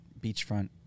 beachfront